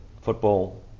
football